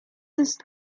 ist